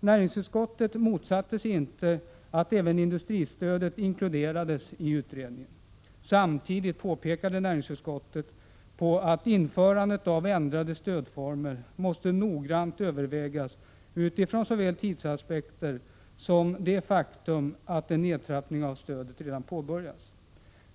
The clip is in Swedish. Näringsutskottet motsatte sig inte att även industristödet inkluderades i utredningen. Samtidigt pekade näringsutskottet på att införandet av ändrade stödformer måste noggrant övervägas utifrån såväl tidsaspekter som det faktum att en nedtrappning av stödet redan påbörjats.